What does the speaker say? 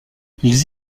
ils